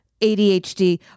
ADHD